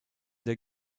der